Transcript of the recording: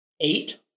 Eight